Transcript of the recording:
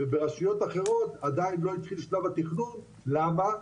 וברשויות אחרות עדיין לא התחיל שלב התכנון, למה?